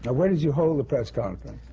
where did you hold the press conference?